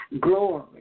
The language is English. glory